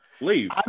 Leave